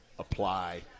apply